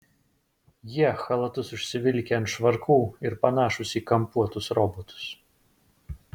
jie chalatus užsivilkę ant švarkų ir panašūs į kampuotus robotus